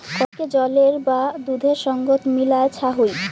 কফিকে জলের বা দুধের সঙ্গত মিলায় ছা হই